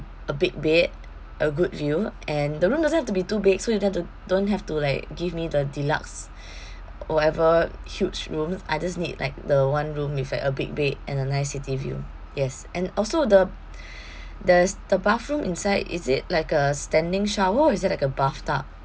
a big bed a good view and the room doesn't have to be too big so you don't have to don't have to like give me the deluxe whatever huge room I just need like the one room with like a big bed and a nice city view yes and also the there's the bathroom inside is it like a standing shower or is it like a bathtub